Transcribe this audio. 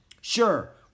Sure